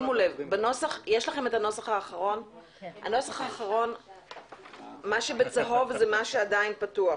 בנוסח האחרון מה שבצהוב זה מה שעדיין פתוח.